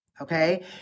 okay